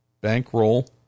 bankroll